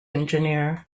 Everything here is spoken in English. engineer